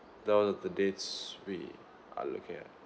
that are the dates we are looking at